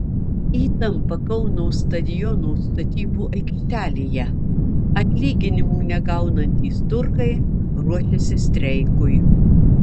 įtampa kauno stadiono statybų aikštelėje atlyginimų negaunantys turkai ruošiasi streikui